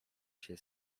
się